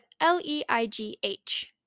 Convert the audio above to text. L-E-I-G-H